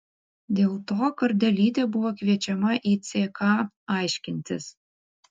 dėl to kardelytė buvo kviečiama į ck aiškintis